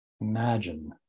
imagine